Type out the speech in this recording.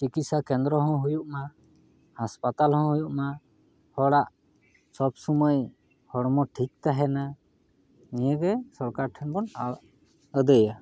ᱪᱤᱠᱤᱥᱥᱟ ᱠᱮᱱᱫᱨᱚ ᱦᱚᱸ ᱦᱩᱭᱩᱜ ᱢᱟ ᱦᱟᱥᱯᱟᱛᱟᱞ ᱦᱚᱸ ᱦᱩᱭᱩᱜ ᱢᱟ ᱦᱚᱲᱟᱜ ᱥᱚᱵᱽ ᱥᱚᱢᱚᱭ ᱦᱚᱲᱢᱚ ᱴᱷᱤᱠ ᱛᱟᱦᱮᱱᱟ ᱱᱤᱭᱟᱹ ᱜᱮ ᱥᱚᱨᱠᱟᱨ ᱴᱷᱮᱱ ᱵᱚᱱ ᱟᱹᱫᱟᱹᱭᱟ